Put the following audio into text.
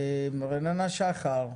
רננה שחר,